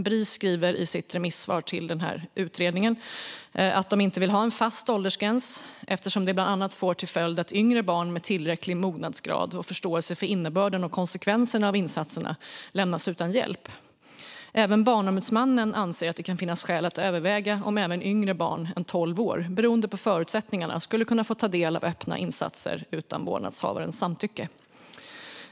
Bris skriver i sitt remissvar till denna utredning att de inte vill ha en fast åldersgräns, eftersom det bland annat får till följd att yngre barn med tillräcklig mognadsgrad och förståelse för innebörden och konsekvenserna av insatserna lämnas utan hjälp. Även Barnombudsmannen anser att det kan finnas skäl att överväga om även barn yngre än tolv år, beroende på förutsättningarna, skulle kunna få ta del av öppna insatser utan vårdnadshavarens samtycke.